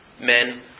men